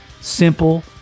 simple